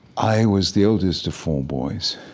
i was the oldest of four boys.